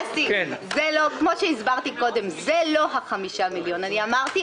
כפי שהסברתי קודם, זה לא ה-5 מיליון שקל.